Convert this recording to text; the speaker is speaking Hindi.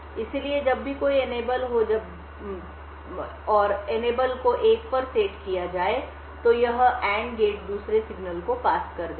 इसलिए जब भी कोई एनेबल हो जब भी एनेबल को 1 पर सेट किया जाए यह एंड गेट दूसरे सिग्नल को पास कर देगा